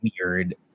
weird